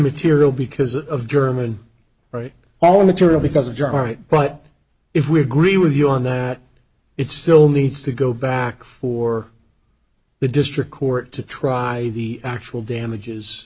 immaterial because of german right all material because of john right but if we agree with you on that it still needs to go back for the district court to try the actual damages